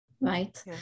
right